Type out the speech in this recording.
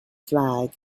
flag